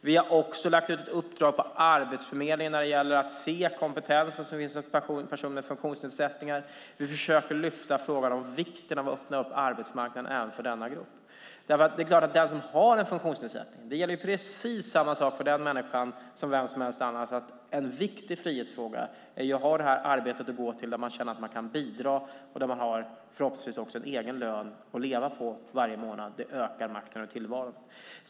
Vi har också lagt ut ett uppdrag på Arbetsförmedlingen för att se kompetensen som finns hos personer med funktionsnedsättningar. Vi försöker lyfta upp frågan om vikten av att öppna arbetsmarknaden även för denna grupp. Det gäller precis samma sak för den människa som har en funktionsnedsättning som vilken annan som helst. En viktig frihetsfråga är att ha arbetet att gå till där man känner man kan bidra och förhoppningsvis också har en egen lön att leva på för varje månad. Det ökar makten över tillvaron.